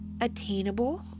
attainable